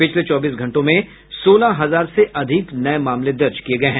पिछले चौबीस घंटों में सोलह हजार से अधिक नये मामले दर्ज किये गये हैं